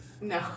No